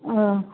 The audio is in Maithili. अह